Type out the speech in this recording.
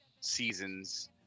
seasons